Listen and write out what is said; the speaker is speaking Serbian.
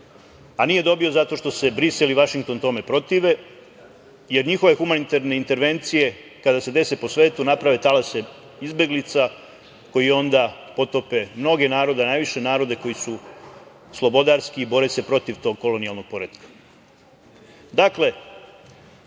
a nije dobio zato što se Brisel i Vašington tome protive, jer njihove humanitarne intervencije kada se dese po svetu naprave talase izbeglica koji onda potope mnoge narode, najviše narode koji su slobodarski, bore se protiv tog kolonijalnog poretka. Dakle,